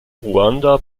ruanda